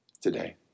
today